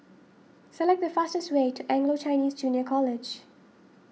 select the fastest way to Anglo Chinese Junior College